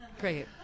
Great